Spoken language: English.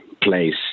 place